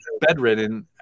bedridden